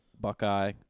Buckeye